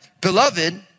Beloved